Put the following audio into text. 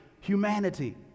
humanity